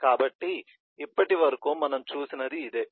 కాబట్టి ఇప్పటివరకు మనం చూసినది ఇదే